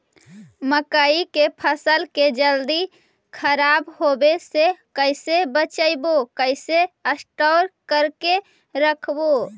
मकइ के फ़सल के जल्दी खराब होबे से कैसे बचइबै कैसे स्टोर करके रखबै?